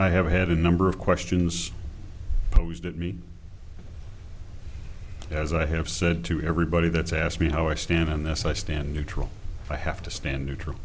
i have had a number of questions posed at me as i have said to everybody that's asked me how i stand on this i stand neutral i have to stand neutral